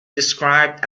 described